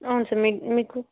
అవును సార్ మీకు మీకు